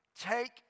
take